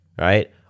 Right